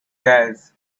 guys